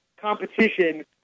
competition